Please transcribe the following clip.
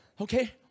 Okay